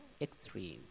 extreme